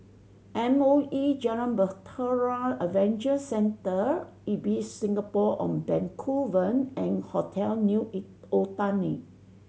M O E Jalan Bahtera Adventure Centre Ibis Singapore On Bencoolen and Hotel New Eg Otani